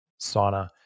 sauna